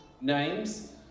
names